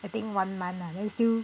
I think one month lah then still